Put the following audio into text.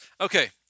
Okay